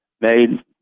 made